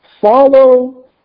follow